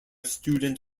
student